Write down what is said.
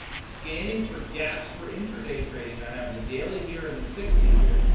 scanning for gaps for intra-day trading, i have the daily here and the sixty here,